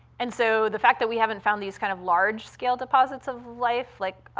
and so the fact that we haven't found these kind of large-scale deposits of life, like,